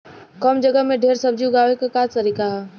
कम जगह में ढेर सब्जी उगावे क का तरीका ह?